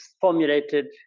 formulated